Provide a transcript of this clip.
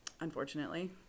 unfortunately